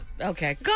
Okay